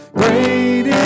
Great